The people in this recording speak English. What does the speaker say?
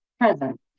Present